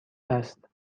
است